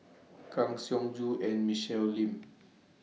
Kang Siong Joo and Michelle Lim